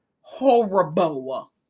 horrible